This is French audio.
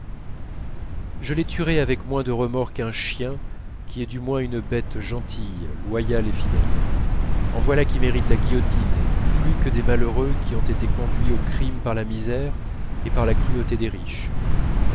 je les tuerais avec moins de remords qu'un chien qui est du moins une bête gentille loyale et fidèle en voilà qui méritent la guillotine plus que des malheureux qui ont été conduits au crime par la misère et par la cruauté des riches